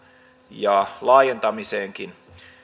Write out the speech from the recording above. ja laajentamiseenkin